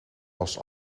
was